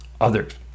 others